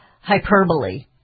hyperbole